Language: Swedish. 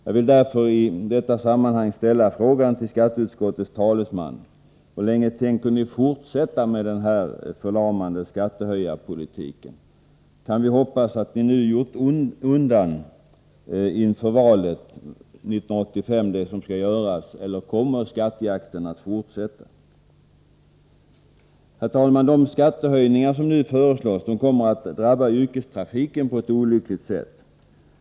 Jag vill därför i detta sammanhang ställa frågan till skatteutskottets talesman: Hur länge tänker ni fortsätta med denna förlamande skattehöjarpolitik? Kan vi hoppas på att ni nu gjort undan det som skall göras inför valåret 1985 eller kommer skattejakten att fortsätta? Herr talman! De skattehöjningar som nu föreslås kommer att drabba yrkestrafiken på ett olyckligt sätt.